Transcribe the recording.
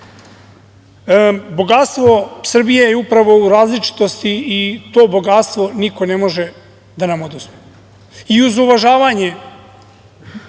Srbiji. Bogatstvo Srbije je upravo u različitosti i to bogatstvo niko ne može da nam oduzme i uz uvažavanje